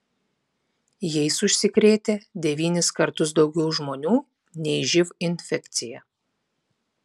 jais užsikrėtę devynis kartus daugiau žmonių nei živ infekcija